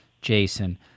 Jason